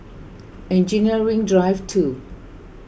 Engineering Drive two